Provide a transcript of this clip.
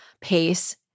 pace